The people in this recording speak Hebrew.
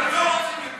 אבל הם לא רוצים למכור.